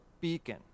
beacon